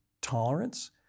tolerance